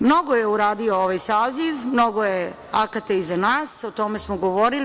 Mnogo je uradio ovaj saziv, mnogo je akata iza nas, o tome smo govorili.